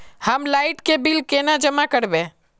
हम लाइट के बिल केना जमा करबे?